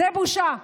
זו בושה.